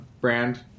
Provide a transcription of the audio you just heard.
brand